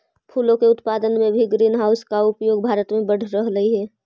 फूलों के उत्पादन में भी ग्रीन हाउस का उपयोग भारत में बढ़ रहलइ हे